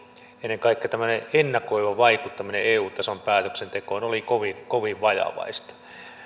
ennen kaikkea ennakoiva vaikuttaminen eu tason päätöksentekoon oli kovin kovin vajavaista